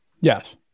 Yes